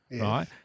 right